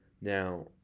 Now